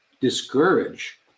discourage